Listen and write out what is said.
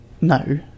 no